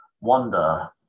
wonder